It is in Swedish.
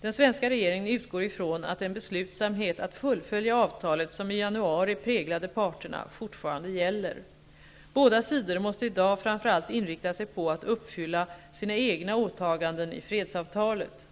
Den svenska regeringen utgår ifrån att den beslutsamhet att fullfölja avtalet som i januari präglade parterna fortfarande gäller. Båda sidor måste i dag framför allt inrikta sig på att uppfylla sina egna åtaganden i fredsavtalet.